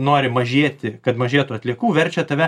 nori mažėti kad mažėtų atliekų verčia tave